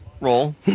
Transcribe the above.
roll